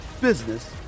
business